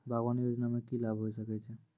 बागवानी योजना मे की लाभ होय सके छै?